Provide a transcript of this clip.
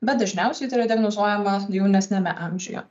bet dažniausiai tai yra diagnozuojama jaunesniame amžiuje